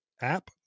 app